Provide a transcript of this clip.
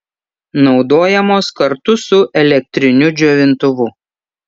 naudojamos kartu su elektriniu džiovintuvu